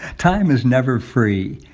time is never free.